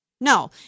No